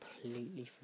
completely